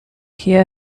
hear